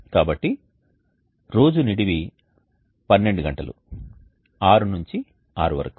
కాబట్టి రోజు నిడివి 12 గంటలు 6 నుండి 6 వరకు